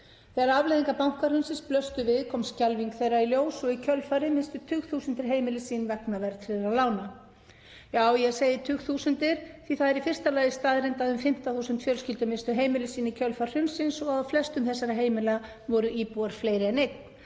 Þegar afleiðingar bankahrunsins blöstu við kom skelfing þeirra í ljós og í kjölfarið misstu tugþúsundir heimili sín vegna verðtryggðra lána. Já, ég segi tugþúsundir því það er í fyrsta lagi staðreynd að um 15.000 fjölskyldur misstu heimili sín í kjölfar hrunsins og á flestum þessara heimila voru íbúar fleiri en einn